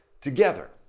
together